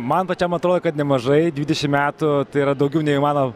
man pačiam atrodo kad nemažai dvidešim metų tai yra daugiau nei mano